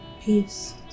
Peace